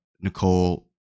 Nicole